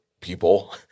people